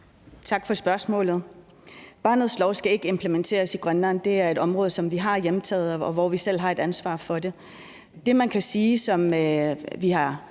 Tak for spørgsmålet. Barnets lov skal ikke implementeres i Grønland. Det er et område, som vi har hjemtaget, og hvor vi selv har ansvaret for det. Det, man kan sige at vi har